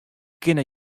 kinne